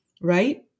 Right